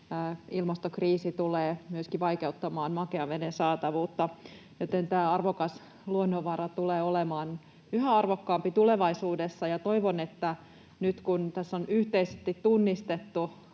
ilmastokriisi tulee myöskin vaikeuttamaan makean veden saatavuutta, joten tämä arvokas luonnonvara tulee olemaan yhä arvokkaampi tulevaisuudessa. Toivon, että nyt kun tässä on yhteisesti tunnistettu